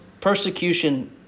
persecution